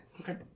Okay